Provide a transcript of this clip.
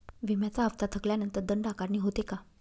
विम्याचा हफ्ता थकल्यानंतर दंड आकारणी होते का?